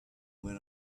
when